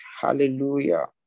Hallelujah